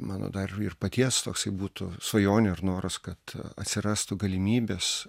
mano dar ir paties toksai būtų svajonių ir noras kad atsirastų galimybės